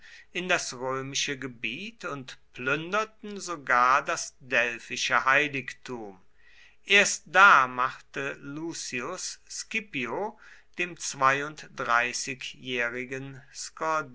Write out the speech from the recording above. in das römische gebiet und plünderten sogar das delphische heiligtum erst da machte lucius scipio dem zweiunddreißigjährigen